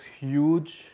huge